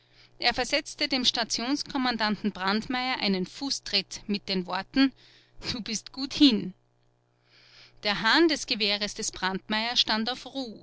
er versetzte dem stationskommandanten ten brandmeier einen fußtritt mit den worten du bist gut hin der hahn des gewehres des brandmeier stand auf ruh